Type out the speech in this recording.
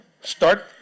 Start